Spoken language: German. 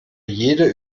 jede